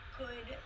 good